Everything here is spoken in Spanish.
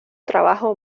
trabajo